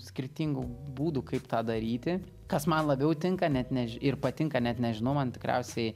skirtingų būdų kaip tą daryti kas man labiau tinka net neži ir patinka net nežinau man tikriausiai